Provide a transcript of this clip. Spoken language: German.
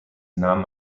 nahm